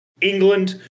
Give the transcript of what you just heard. England